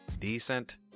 decent